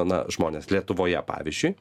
na žmonės lietuvoje pavyzdžiui